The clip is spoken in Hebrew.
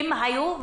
אם היו,